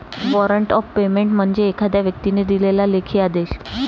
warrant of payment म्हणजे एखाद्या व्यक्तीने दिलेला लेखी आदेश